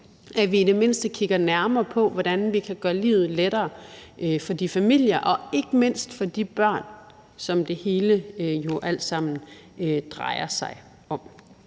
at vi i det mindste kigger nærmere på, hvordan vi kan gøre livet lettere for de familier og ikke mindst for de børn, som det hele jo alt sammen drejer sig om.